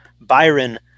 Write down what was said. Byron